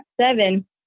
seven